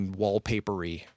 wallpapery